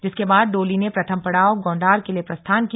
जिसके बाद डोली ने प्रथम पड़ाव गौंडार के लिए प्रस्थान किया